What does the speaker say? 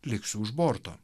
liksiu už borto